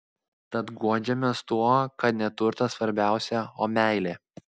tad guodžiamės tuo kad ne neturtas svarbiausia o meilė